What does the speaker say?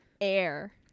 Air